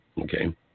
okay